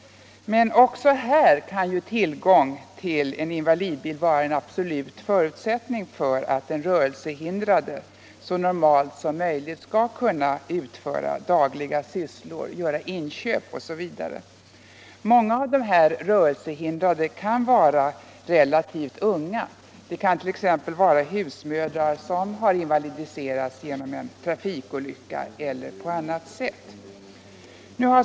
Också här kan tillgången till en invalidbil vara en absolut förutsättning för att den rörelsehindrade så normalt som möjligt skall kunna utföra dagliga sysslor, göra inköp, osv. Många av dessa rörelsehindrade kan vara relativt unga. Det kan t.ex. vara husmödrar som invalidiserats genom trafikolycka eller på annat sätt.